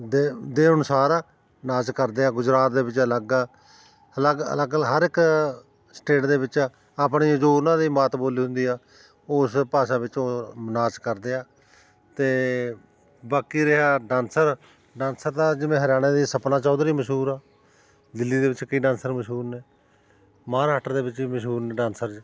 ਦੇ ਦੇ ਅਨੁਸਾਰ ਨਾਚ ਕਰਦੇ ਆ ਗੁਜਰਾਤ ਦੇ ਵਿੱਚ ਅਲੱਗ ਆ ਅਲੱਗ ਅਲੱਗ ਹਰ ਇੱਕ ਸਟੇਟ ਦੇ ਵਿੱਚ ਆਪਣੀ ਜੋ ਉਹਨਾਂ ਦੀ ਮਾਤ ਬੋਲੀ ਹੁੰਦੀ ਆ ਉਸ ਭਾਸ਼ਾ ਵਿੱਚ ਉਹ ਨਾਚ ਕਰਦੇ ਆ ਅਤੇ ਬਾਕੀ ਰਿਹਾ ਡਾਂਸਰ ਡਾਂਸਰ ਤਾਂ ਜਿਵੇਂ ਹਰਿਆਣੇ ਦੀ ਸਪਨਾ ਚੌਧਰੀ ਮਸ਼ਹੂਰ ਆ ਦਿੱਲੀ ਦੇ ਵਿੱਚ ਕਈ ਡਾਂਸਰ ਮਸ਼ਹੂਰ ਨੇ ਮਹਾਰਾਸ਼ਟਰ ਦੇ ਵਿੱਚ ਵੀ ਮਸ਼ਹੂਰ ਨੇ ਡਾਂਸਰਜ਼